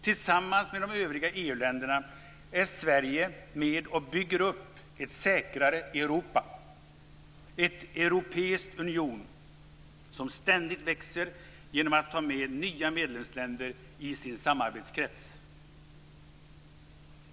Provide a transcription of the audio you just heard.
Tillsammans med de övriga EU-länderna är Sverige med och bygger upp ett säkrare Europa - en europeisk union som ständigt växer genom att man tar med nya medlemsländer i sin samarbetskrets.